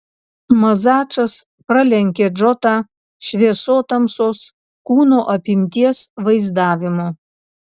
mazačas pralenkė džotą šviesotamsos kūno apimties vaizdavimu